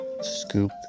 scoop